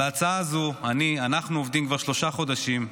על ההצעה הזאת אנחנו עובדים כבר שלושה חודשים,